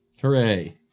Hooray